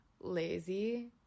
lazy